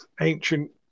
ancient